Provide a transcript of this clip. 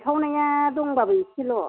सिनखावनाया दंबाबो इसेल'